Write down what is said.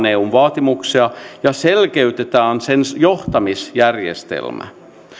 eun vaatimuksia ja selkeytetään sen sen johtamisjärjestelmä